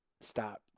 Stop